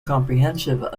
comprehensive